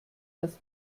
als